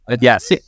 Yes